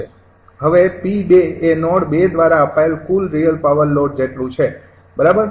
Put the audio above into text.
હવે 𝑃૨ એ નોડ ૨ દ્વારા અપાયેલ કુલ રિયલ પાવર લોડ જેટલું છે બરાબર